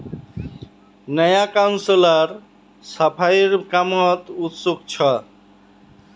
नया काउंसलर सफाईर कामत उत्सुक छ